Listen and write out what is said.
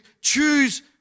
choose